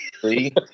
three